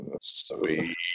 Sweet